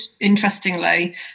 interestingly